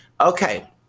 Okay